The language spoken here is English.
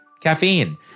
caffeine